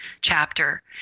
chapter